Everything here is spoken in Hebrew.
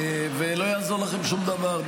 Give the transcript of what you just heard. לא יעזור לכם שום דבר,